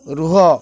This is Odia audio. ରୁହ